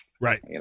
Right